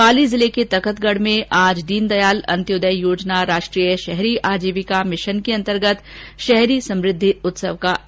पाली जिले के तखतगढ में आज दीनदयाल अंत्योदय योजना राष्ट्रीय शहरी आजीविका मिशन योजना के अंतर्गत शहरी समृद्धि उत्सव का आयोजन किया गया